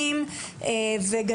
ובבתי הספר,